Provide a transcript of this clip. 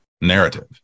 narrative